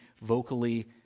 vocally